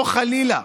או חלילה